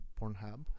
pornhub